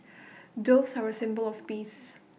doves are A symbol of peace